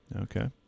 Okay